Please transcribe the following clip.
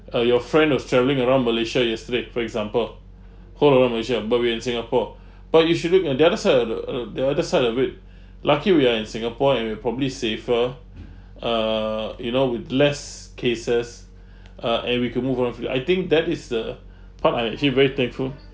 uh your friend was travelling around malaysia yesterday for example whole around malaysia but we are in singapore but you should look at the other side of the uh the other side of it lucky we are in singapore and we're probably safer uh you know with less cases uh and we could move on free I think that is the part I feel very thankful